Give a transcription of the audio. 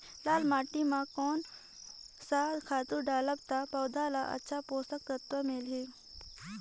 लाल माटी मां कोन सा खातु डालब ता पौध ला अच्छा पोषक तत्व मिलही?